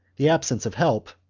the absence of help,